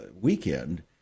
weekend